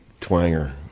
twanger